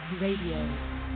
Radio